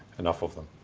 enough of them.